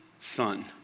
son